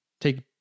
take